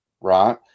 Right